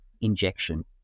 injection